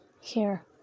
Here